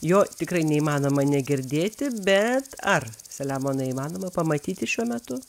jo tikrai neįmanoma negirdėti bet ar selemonai įmanoma pamatyti šiuo metu